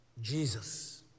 Jesus